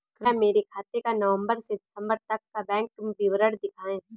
कृपया मेरे खाते का नवम्बर से दिसम्बर तक का बैंक विवरण दिखाएं?